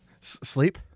Sleep